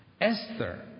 Esther